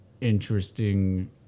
interesting